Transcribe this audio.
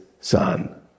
son